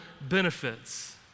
benefits